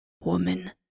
woman